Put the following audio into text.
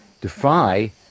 defy